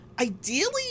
ideally